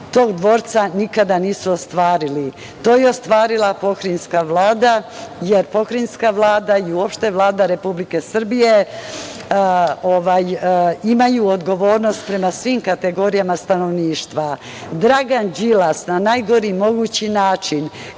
tog dvorca nikada nije ostvarena. To je ostvarila Pokrajinska vlada, jer Pokrajinska vlada i uopšte Vlada Republike Srbije imaju odgovornost prema svim kategorijama stanovništva. Dragan Đilas na najgori mogući način